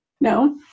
No